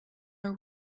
are